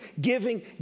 giving